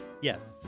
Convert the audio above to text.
yes